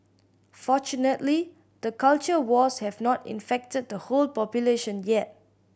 fortunately the culture wars have not infected the whole population yet